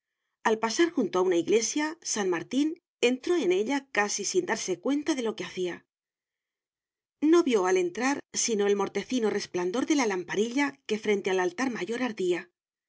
al pasar junto a una iglesia san martín entró en ella casi sin darse cuenta de lo que hacía no vio al entrar sino el mortecino resplandor de la lamparilla que frente al altar mayor ardía